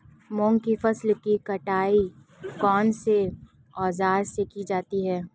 मूंग की फसल की कटाई कौनसे औज़ार से की जाती है?